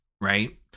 right